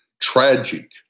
tragic